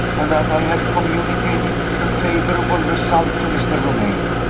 and that i have communicated the favorable result to mr. romayne.